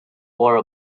wore